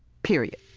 period